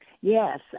Yes